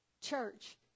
church